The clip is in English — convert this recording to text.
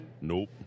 nope